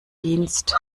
dienst